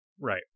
Right